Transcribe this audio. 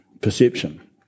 Perception